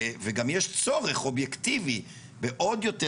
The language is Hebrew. וגם יש צורך אובייקטיבי בעוד יותר